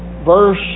Verse